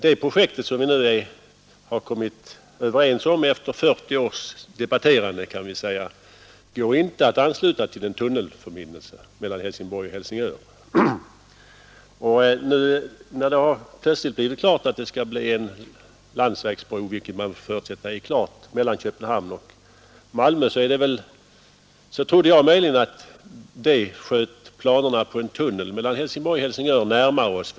Det projekt som vi nu har kommit överens om efter 40 års debatterande går emellertid inte att ansluta till en tunnelförbindelse mellan Helsingborg och Helsingör. Och nu, när det plötsligt blivit klart att det skall byggas en landsvägsbro — man får ju förutsätta att detta är klart — mellan Köpenhamn och Malmö, så trodde jag att det möjligen sköt planerna på en tunnel mellan Helsingborg och Helsingör närmare.